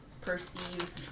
perceive